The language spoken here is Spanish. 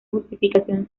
justificación